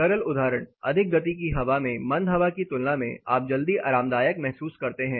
सरल उदाहरण अधिक गति की हवा में मंद हवा की तुलना में आप जल्दी आरामदायक महसूस करते हैं